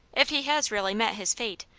if he has really met his fate,